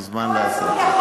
הוא מוזמן לעשות זאת.